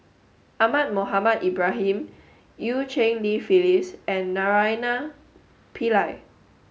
Ahmad Mohamed Ibrahim Eu Cheng Li Phyllis and Naraina Pillai